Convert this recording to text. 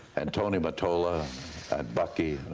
and tony mottola and bucky,